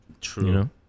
True